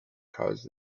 caused